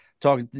talk